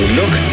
look